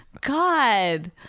God